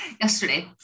yesterday